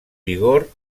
vigor